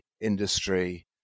industry